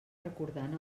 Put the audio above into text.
recordant